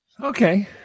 Okay